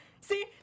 see